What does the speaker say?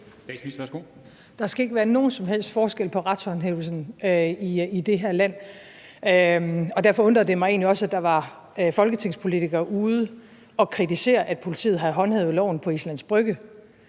Der skal ikke være nogen som helst forskel på retshåndhævelsen i det her land, og derfor undrede det mig egentlig også, at der var folketingspolitikere ude at kritisere, at politiet har håndhævet loven på Islands Brygge.